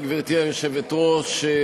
גברתי היושבת-ראש,